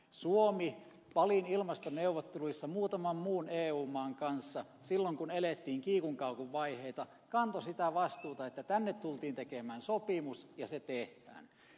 suomi balin ilmastoneuvotteluissa muutaman muun eu maan kanssa silloin kun elettiin kiikun kaakun vaiheita kantoi sitä vastuuta että tänne tultiin tekemään sopimus ja se tehdään